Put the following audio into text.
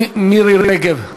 מירי רגב.